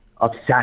obsessed